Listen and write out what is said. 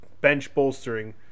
bench-bolstering